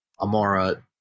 Amara